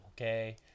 Okay